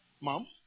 mom